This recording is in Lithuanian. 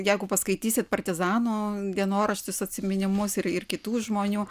jeigu paskaitysit partizanų dienoraščius atsiminimus ir ir kitų žmonių